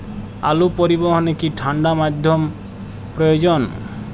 আলু পরিবহনে কি ঠাণ্ডা মাধ্যম প্রয়োজন?